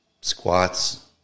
squats